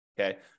Okay